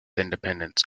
independence